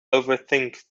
overthink